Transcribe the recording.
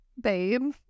babe